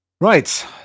right